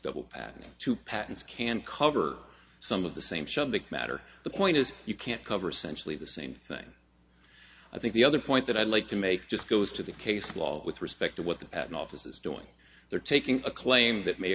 double patent two patents can cover some of the same subject matter the point is you can't cover centrally the same thing i think the other point that i'd like to make just goes to the case law with respect to what the patent office is doing there taking a claim that may